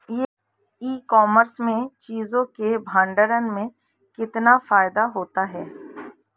ई commerce में चीज़ों के भंडारण में कितना फायदा होता है?